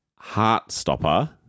Heartstopper